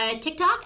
TikTok